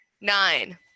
Nine